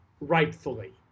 rightfully